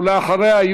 ואחריה,